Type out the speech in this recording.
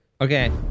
Okay